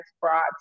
brought